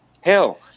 hell